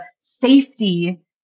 safety